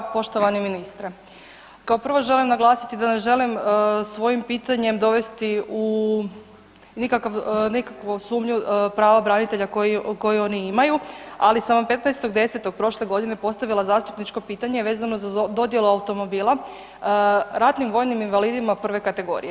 Poštovani ministre, kao prvo želim naglasiti da ne želim svojim pitanje dovesti u nikakvu sumnju prava branitelja koje oni imaju, ali sam vam 15.10. pošle godine postavila zastupničko pitanje vezano za dodjelu automobila ratnim vojnim invalidima I kategorije.